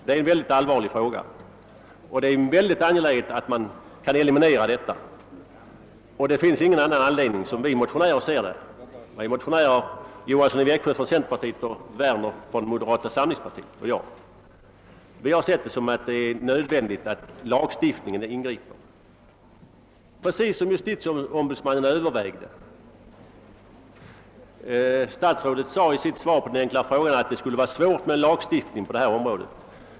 Det är mycket angeläget att kunna eliminera den risken, och vi motionärer — herr Tistad från folkpartiet, Johansson i Växjö från centerpartiet och Werner från moderata samlingspartiet och jag — har därför ansett det vara nödvändigt att ingripa lagstiftningsvägen, såsom JO övervägde att göra. Statsrådet sade i sitt svar på en enkel fråga i ärendet att det är svårt att lagstifta på detta område.